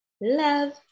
love